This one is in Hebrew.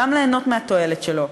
גם ליהנות מהתועלת שלו.